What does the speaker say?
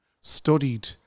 studied